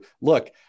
look